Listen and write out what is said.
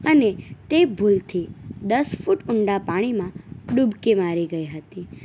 અને તે ભૂલથી દસ ફૂટ ઊંડા પાણીમાં ડૂબકી મારી ગઈ હતી